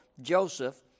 Joseph